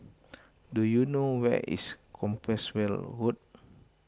do you know where is Compassvale Road